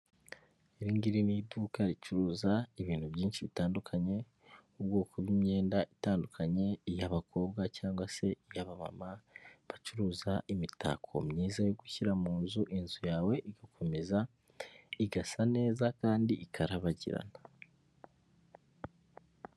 Iri ngiri ni iduka ricuruza ibintu byinshi bitandukanye, ubwoko bw'imyenda itandukanye, iy'abakobwa cyangwa se iy'abamama, bacuruza imitako myiza yo gushyira mu nzu, inzu yawe igakomeza igasa neza kandi ikarabagirana.